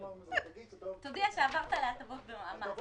תודיע שעברת לנושא של ההטבות במס.